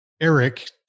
Eric